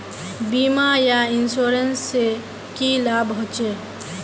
बीमा या इंश्योरेंस से की लाभ होचे?